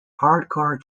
hardcore